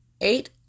Eight